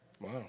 Wow